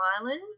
islands